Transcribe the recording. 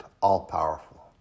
all-powerful